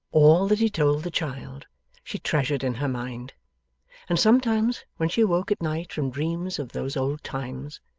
all that he told the child she treasured in her mind and sometimes, when she awoke at night from dreams of those old times,